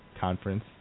conference